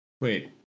Wait